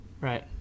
right